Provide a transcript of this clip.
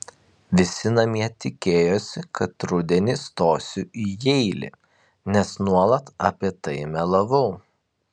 visi namie tikėjosi kad rudenį stosiu į jeilį nes nuolat apie tai melavau